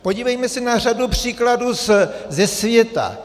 Podívejme se na řadu příkladů ze světa.